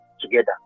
together